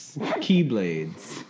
keyblades